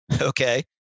Okay